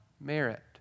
merit